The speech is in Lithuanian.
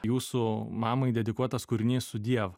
jūsų mamai dedikuotas kūrinys sudiev